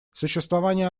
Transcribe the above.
существование